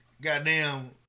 goddamn